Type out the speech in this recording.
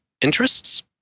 interests